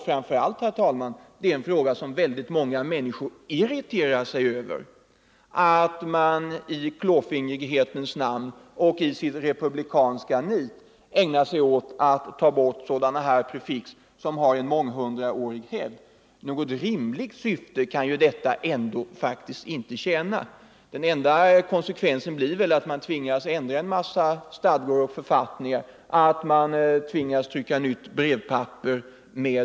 Framför allt, herr talman, irriterar sig många människor över att man i klåfingrighetens namn och i sitt republikanska nit ägnar sig åt att ta bort sådana prefix som har en mång Nr 130 hundraårig hävd. Något rimligt syfte kan detta faktiskt inte tjäna. Den Torsdagen den enda konsekvensen blir väl att man tvingas ändra en mängd stadgor 28 november 1974 och författningar och trycka nytt brevpapper m.m. Det kan väl inte vara någonting särskilt eftersträvansvärt. Ang. tillämpligheten av lagen om Herr justitieministern GEIJER: tillfälligt omhän Herr talman!